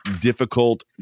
difficult